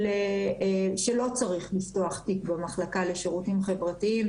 שלא צריך לפתוח תיק במחלקה לשירותים חברתיים,